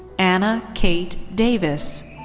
anna kate davis.